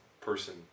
person